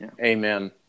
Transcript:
Amen